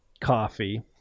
coffee